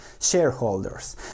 shareholders